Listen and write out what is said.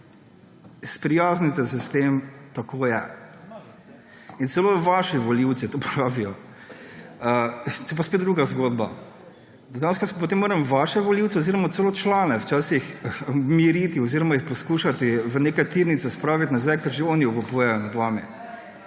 Sprijaznite se s tem. Tako je. In celo vaši volivci to pravijo − to je pa spet druga zgodba − dejansko potem moram vaše volivce oziroma celo člane včasih miriti oziroma jih poskušati v neke tirnice spraviti nazaj, ker že oni obupujejo nad vami.